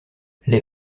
les